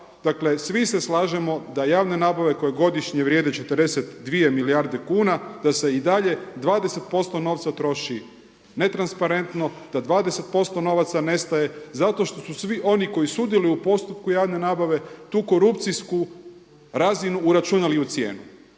svi se slažemo da javne nabave koje godišnje vrijede 42 milijarde kuna, da se i dalje 20% novca troši netransparentno, da 20% novaca nestaje zato što su svi oni koji sudjeluju u postupku javne nabave tu korupcijsku razinu uračunali u cijenu.